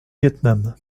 vietnam